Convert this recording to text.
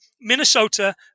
Minnesota